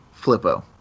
Flippo